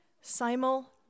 Simul